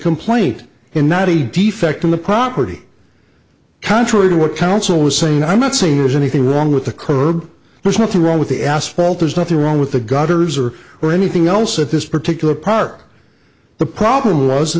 complaint in not a defect in the property contrary to what counsel was saying i'm not saying there's anything wrong with the curb there's nothing wrong with the asphalt there's nothing wrong with the gutters or or anything else at this particular park the problem was